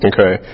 Okay